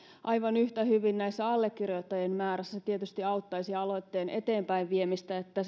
aivan yhtä hyvin allekirjoittajien määrässä se tietysti auttaisi aloitteen eteenpäin viemistä että